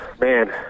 man